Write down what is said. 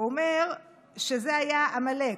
הוא אומר שזה היה עמלק,